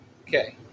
Okay